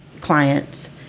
clients